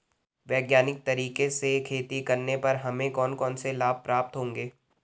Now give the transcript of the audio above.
वैज्ञानिक तरीके से खेती करने पर हमें कौन कौन से लाभ प्राप्त होंगे?